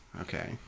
Okay